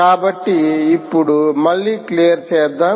కాబట్టి ఇప్పుడు మళ్ళీ క్లియర్ చేద్దాం